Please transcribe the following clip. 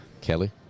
Kelly